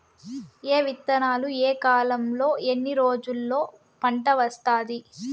ఏ విత్తనాలు ఏ కాలంలో ఎన్ని రోజుల్లో పంట వస్తాది?